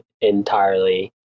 entirely